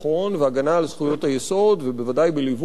והגנה על זכויות היסוד ובוודאי בליווי,